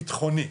ביטחוני,